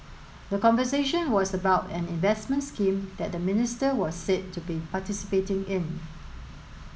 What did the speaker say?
the conversation was about an investment scheme that the minister was said to be participating in